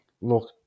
Look